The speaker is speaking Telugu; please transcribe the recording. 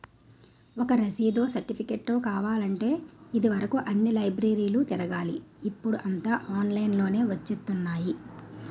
ఒక రసీదో, సెర్టిఫికేటో కావాలంటే ఇది వరుకు అన్ని లైబ్రరీలు తిరగాలి ఇప్పుడూ అంతా ఆన్లైన్ లోనే వచ్చేత్తున్నాయి